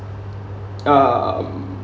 um